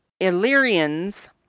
Illyrians